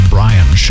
Brian